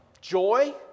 joy